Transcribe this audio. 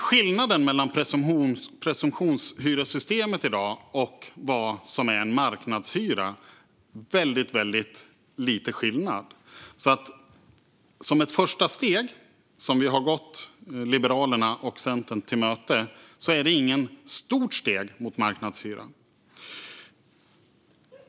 Skillnaden mellan dagens presumtionshyressystem och vad som är marknadshyra är väldigt liten. Detta första steg, som vi har tagit för att gå Liberalerna och Centern till mötes, är inte något stort steg mot marknadshyror.